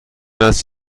است